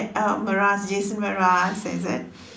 uh Mraz Jason Mraz is it